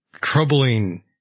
troubling